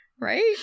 right